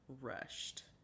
rushed